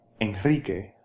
Enrique